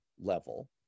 level